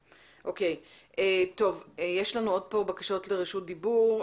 יש לנו עוד בקשות לרשות דיבור.